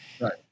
Right